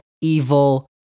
evil